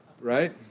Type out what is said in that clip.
right